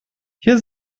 hier